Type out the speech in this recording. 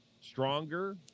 stronger